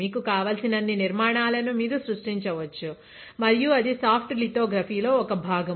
మీకు కావలసినన్ని నిర్మాణాలను మీరు సృష్టించవచ్చు మరియు అది సాఫ్ట్ లితోగ్రఫీ లో ఒక భాగం